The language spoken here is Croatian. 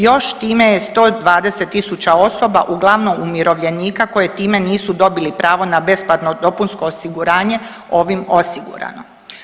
Još, time je 120 tisuća osoba, uglavnom umirovljenika koje time nisu dobili pravo na besplatno dopunsko osiguranje ovim osigurano.